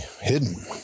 hidden